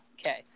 Okay